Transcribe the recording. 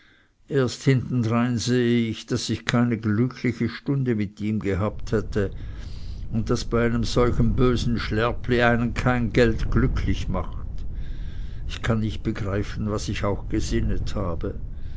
erst hintendrein sehe ich daß ich keine glückliche stunde mit ihm gehabt hätte und daß bei einem solchen bösen schlärpli einen kein geld glücklich macht ich kann nicht begreifen was ich auch gesinnet habe